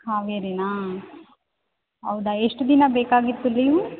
ಕಾವೇರಿನಾ ಹೌದ ಎಷ್ಟು ದಿನ ಬೇಕಾಗಿತ್ತು ಲೀವು